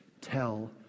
tell